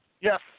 Yes